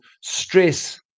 stress